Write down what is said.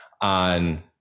on